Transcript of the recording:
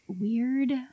weird